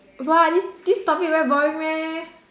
!wah! this this topic very boring meh